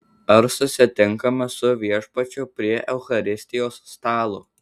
ar susitinkame su viešpačiu prie eucharistijos stalo